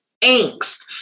angst